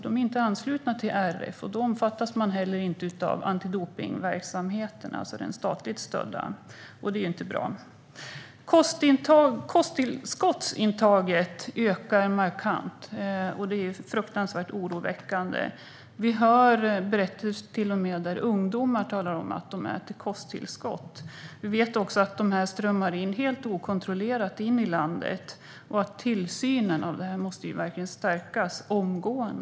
De är inte anslutna till RF, och då omfattas de inte heller av antidopningsverksamheten, alltså den statligt stödda verksamheten. Det är inte bra. Kosttillskottsintag ökar markant. Det är oroväckande. Till och med ungdomar talar om att de äter kosttillskott. Vi vet också att kosttillskotten strömmar in i landet helt okontrollerat. Tillsynen av det måste verkligen stärkas omgående.